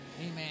Amen